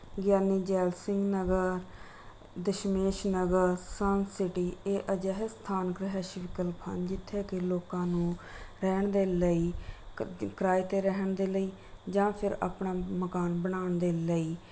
ਗਿਆਨੀ Zail Singh Nagar Dashmesh Nagar Sun City ਇਹ ਅਜਿਹੇ ਸਥਾਨਕ ਰਿਹਾਇਸ਼ੀ ਵਿਕਲਪ ਹਨ ਜਿੱਥੇ ਕਿ ਲੋਕਾਂ ਨੂੰ ਰਹਿਣ ਦੇ ਲਈ ਕ ਕਿਰਾਏ 'ਤੇ ਰਹਿਣ ਦੇ ਲਈ ਜਾਂ ਫਿਰ ਆਪਣਾ ਮਕਾਨ ਬਣਾਉਣ ਦੇ ਲਈ